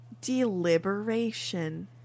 deliberation